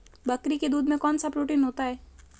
बकरी के दूध में कौनसा प्रोटीन होता है?